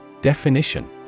Definition